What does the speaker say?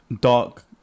dark